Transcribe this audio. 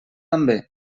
també